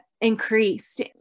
increased